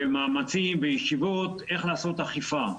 מאמצים וישיבות כיצד לעשות אכיפה.